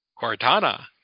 Cortana